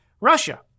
Russia